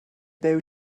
byw